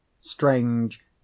Strange